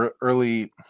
early